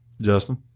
Justin